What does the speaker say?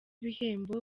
ibihembo